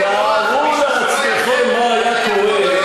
תארו לעצמכם מה היה קורה,